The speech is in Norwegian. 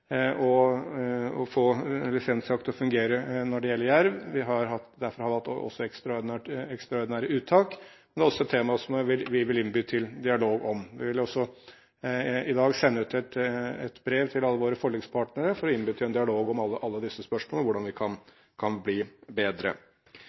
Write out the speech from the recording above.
å få lisensjakt til å fungere når det gjelder jerv, og derfor har vi hatt ekstraordinære uttak. Det er også et tema som vi vil innby til dialog om. Vi vil i dag sende ut et brev til alle våre forlikspartnere for å innby til en dialog om alle disse spørsmålene og hvordan vi kan